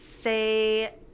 say